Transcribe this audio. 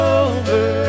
over